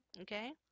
Okay